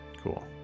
Cool